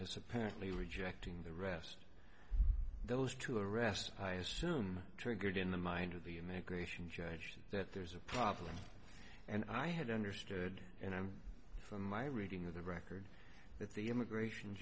witness apparently rejecting the rest those two arrests i assume triggered in the mind of the immigration judge that there's a problem and i had understood and i'm from my reading of the record that the immigration